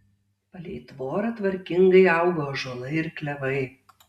palei tvorą tvarkingai augo ąžuolai ir klevai